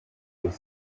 aux